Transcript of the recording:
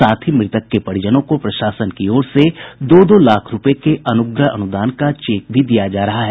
साथ ही मृतक के परिजनों को प्रशासन की ओर से दो दो लाख रूपये के अनुग्रह अनुदान का चेक भी दिया जा रहा है